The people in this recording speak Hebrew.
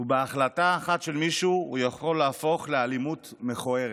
ובהחלטה אחת של מישהו הוא יכול להפוך לאלימות מכוערת.